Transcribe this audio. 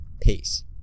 Peace